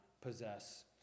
possess